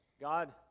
God